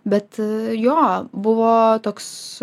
bet jo buvo toks